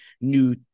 new